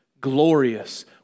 glorious